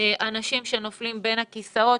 אנשים שנופלים בין הכיסאות.